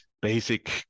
basic